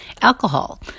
Alcohol